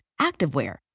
activewear